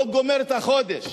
לא גומר את החודש.